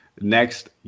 next